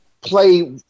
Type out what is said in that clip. play